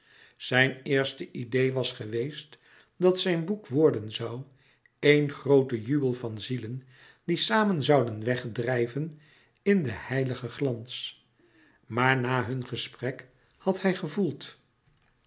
zijn eerste idee was geweest dat zijn boek worden zoû één grooten jubel van zielen die samen zouden wegdrijven in den heiligen glans maar na hun gesprek had hij gevoeld